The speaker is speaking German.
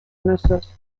mrs